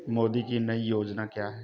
मोदी की नई योजना क्या है?